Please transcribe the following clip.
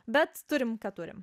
bet turim ką turim